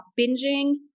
binging